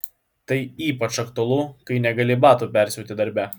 tai ypač aktualu kai negali batų persiauti darbe